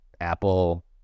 Apple